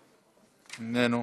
איננו,